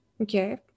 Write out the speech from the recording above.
okay